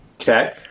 Okay